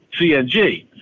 CNG